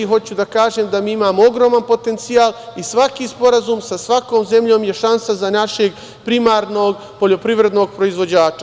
Hoću da kažem da mi imamo ogroman potencijal i svaki sporazum sa svakom zemljom je šansa za našeg primarnog poljoprivrednog proizvođača.